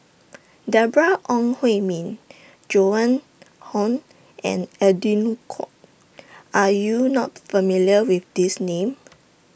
Deborah Ong Hui Min Joan Hon and Edwin Koek Are YOU not familiar with These Names